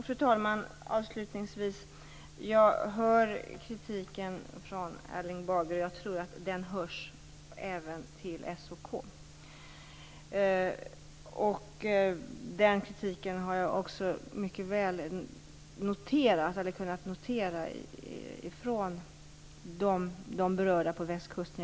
Fru talman! Avslutningsvis skall jag säga att jag hör kritiken från Erling Bager. Jag tror att även Statens haverikommission hör den. Den kritiken har jag också mycket väl kunnat notera från de berörda på västkusten.